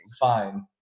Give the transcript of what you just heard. Fine